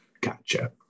Gotcha